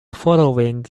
following